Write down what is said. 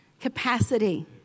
capacity